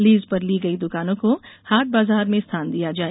lease पर ली गई दुकानों को हाट बाजार में स्थान दिया जाए